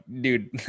dude